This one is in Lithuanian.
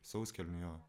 sauskelnių jo